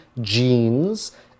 genes